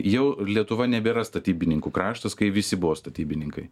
jau lietuva nebėra statybininkų kraštas kai visi buvo statybininkai